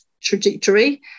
trajectory